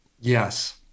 Yes